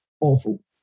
awful